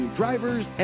drivers